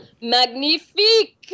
Magnifique